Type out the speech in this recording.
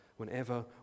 whenever